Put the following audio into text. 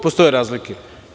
Postoje i tu razlike.